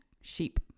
sheep